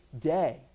day